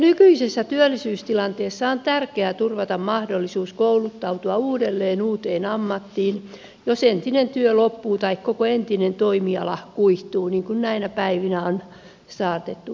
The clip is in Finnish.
nykyisessä työllisyystilanteessa on tärkeää turvata mahdollisuus kouluttautua uudelleen uuteen ammattiin jos entinen työ loppuu tai koko entinen toimiala kuihtuu niin kuin näinä päivinä on saatettu todeta